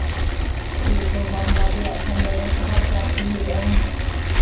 ᱞᱟᱹᱭ ᱟᱠᱚ ᱵᱟᱢ ᱞᱟᱫᱮᱭᱟᱜ ᱠᱷᱟᱱ ᱫᱚ ᱥᱟᱜᱟᱲ ᱠᱚ ᱟᱨᱠᱤ ᱦᱩᱭᱩᱜᱼᱟ